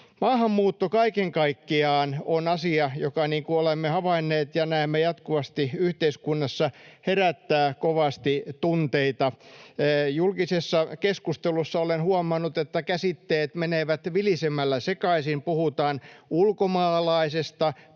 Maahanmuutto kaiken kaikkiaan on asia, joka — niin kuin olemme havainneet ja näemme jatkuvasti yhteiskunnassa — herättää kovasti tunteita. Julkisessa keskustelussa olen huomannut, että käsitteet menevät vilisemällä sekaisin. Puhutaan ulkomaalaisesta,